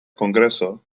kongreso